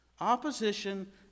Opposition